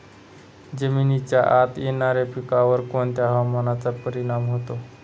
जमिनीच्या आत येणाऱ्या पिकांवर कोणत्या हवामानाचा परिणाम होतो?